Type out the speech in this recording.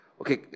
Okay